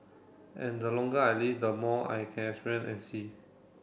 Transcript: and the longer I live the more I can experience and see